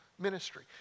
ministry